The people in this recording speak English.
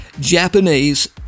Japanese